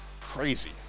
Crazy